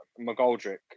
McGoldrick